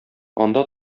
анда